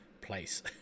place